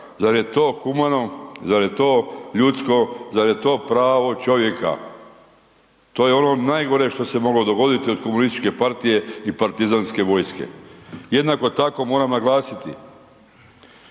Zar je to humano, zar je to ljudsko, zar je to pravo čovjeka? To je ono najgore što se moglo dogoditi od komunističke partije i partizanske vojske. Jednako tako moram naglasiti